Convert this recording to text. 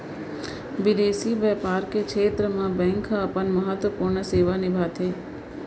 बिंदेसी बैपार के छेत्र म बेंक ह अपन महत्वपूर्न सेवा निभाथे